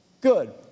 Good